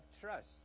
trust